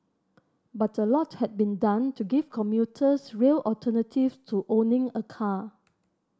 but a lot had been done to give commuters real alternative to owning a car